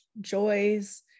joys